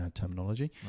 terminology